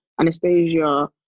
Anastasia